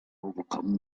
overcome